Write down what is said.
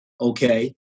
okay